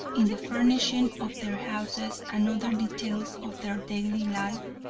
in the furnishing of their houses and other details of their daily life,